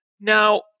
Now